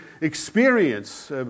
experience